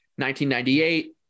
1998